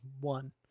one